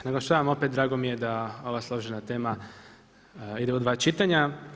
Naglašavam opet, drago mi je da ova složena tema ide u dva čitanja.